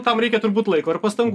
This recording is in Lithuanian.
tam reikia turbūt laiko ir pastangų